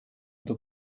doc